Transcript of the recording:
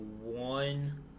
one